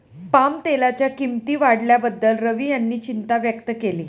पामतेलाच्या किंमती वाढल्याबद्दल रवी यांनी चिंता व्यक्त केली